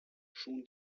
schon